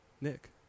Nick